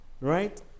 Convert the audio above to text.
right